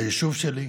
היישוב שלי,